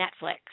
Netflix